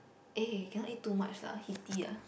eh cannot eat too much lah heaty ah